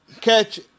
catch